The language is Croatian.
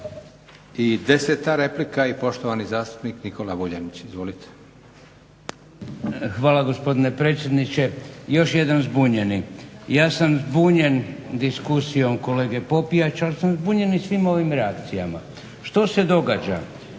Nikola (Hrvatski laburisti - Stranka rada)** Hvala gospodine predsjedniče. Još jedan zbunjeni, ja sam zbunjen diskusijom kolege Popijača, al sam zbunjen i svim ovim reakcijama. Što se događa?